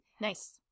Nice